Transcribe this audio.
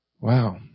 Wow